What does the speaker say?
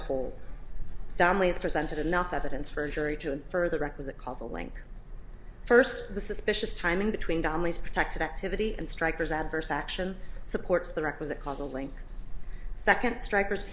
a whole family is presented enough evidence for a jury to infer the requisite causal link first the suspicious timing between donnelly's protected activity and strykers adverse action supports the requisite causal link second striker